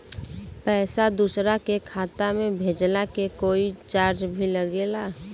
पैसा दोसरा के खाता मे भेजला के कोई चार्ज भी लागेला?